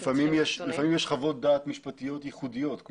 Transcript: לפעמים יש חוות דעת משפטיות הייחודיות,